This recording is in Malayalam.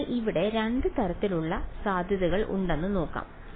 അതിനാൽ ഇവിടെ രണ്ട് തരത്തിലുള്ള സാധ്യതകൾ ഉണ്ടെന്ന് നോക്കാം